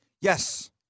Yes